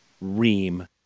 Ream